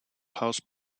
house